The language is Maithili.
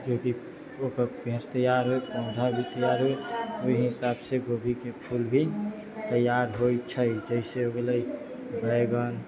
जोकी ओकर पेंच तैयार होइ पौधा भी तैयार होइ ओह हिसाब से गोभी के फूल भी तैयार होइ छै जैसे हो गेलै बैगन